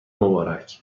مبارک